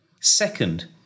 Second